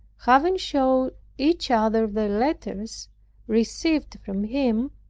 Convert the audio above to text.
having showed each other their letters received from him,